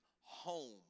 home